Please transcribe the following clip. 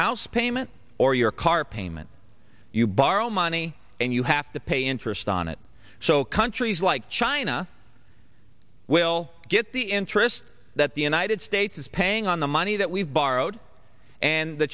house payment or your car payment you borrow money and you have to pay interest on it so countries like china will get the interest that the united states is paying on the money that we've borrowed and the